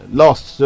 lost